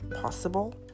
possible